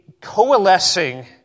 coalescing